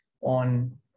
on